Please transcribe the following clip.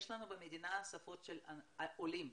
יש לנו במדינה שפות של עולים,